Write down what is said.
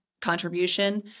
contribution